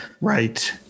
right